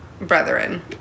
brethren